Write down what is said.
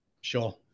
Sure